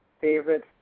favorite